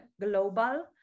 global